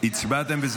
אתם הצבעתם או לא?